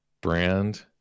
brand